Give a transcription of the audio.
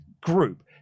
group